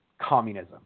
communism